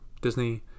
Disney